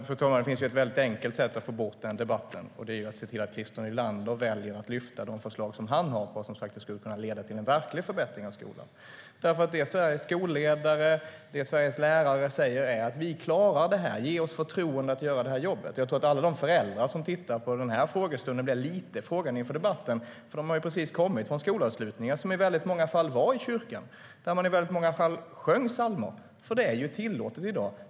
Fru talman! Det finns ett mycket enkelt sätt att få bort den debatten. Det är att se till att Christer Nylander väljer att lyfta de förslag som han har som skulle kunna leda till en verklig förbättring av skolan. Det Sveriges skolledare och Sveriges lärare säger är: Vi klarar det här. Ge oss förtroendet att göra jobbet! Jag tror att alla de föräldrar som tittar på den här frågestunden står lite frågande inför debatten. De har ju precis kommit från skolavslutningar som i många fall var i kyrkan och där man i många fall sjöng psalmer. Det är ju tillåtet i dag.